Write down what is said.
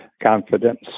confidence